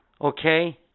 okay